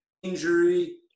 Injury